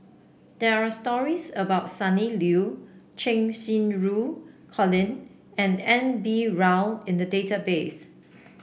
there are stories about Sonny Liew Cheng Xinru Colin and N B Rao in the database